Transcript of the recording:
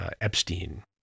Epstein